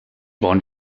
wollen